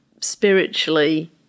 spiritually